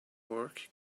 work